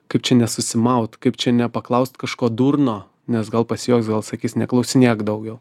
kaip čia nesusimaut kaip čia nepaklaust kažko durno nes gal pasijuoks gal sakys neklausinėk daugiau